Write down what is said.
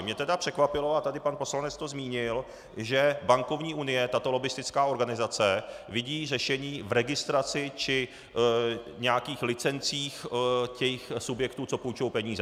Mě tedy překvapilo, a tady pan poslanec to zmínil, že bankovní unie, tato lobbistická organizace, vidí řešení v registraci či nějakých licencích těch subjektů, co půjčují peníze.